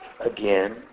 again